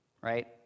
right